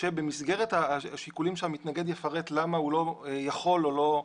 שבמסגרת השיקולים שהמתנגד יפרט למה הוא לא יכול ב"זום",